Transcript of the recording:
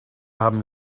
haben